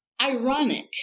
ironic